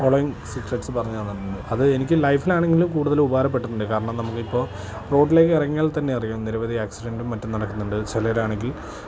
following secrets പറഞ്ഞു തന്നിട്ടുണ്ട് അത് എനിക്ക് ലൈഫിലാണെങ്കിലും കൂടുതൽ ഉപകാരപ്പെട്ടിട്ടുണ്ട് കാരണം നമുക്ക് ഇപ്പോൾ റോഡിലേക്ക് ഇറങ്ങിയാൽ തന്നെ അറിയാം നിരവധി ആക്സിഡൻറ്റും മറ്റും നടക്കുന്നുണ്ട് ചിലരാണെങ്കിൽ